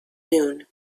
noon